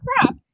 crap